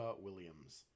Williams